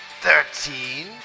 thirteen